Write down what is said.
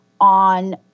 on